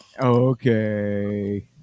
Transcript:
Okay